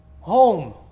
Home